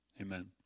Amen